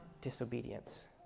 disobedience